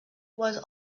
was